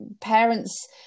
parents